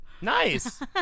Nice